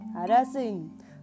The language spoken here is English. harassing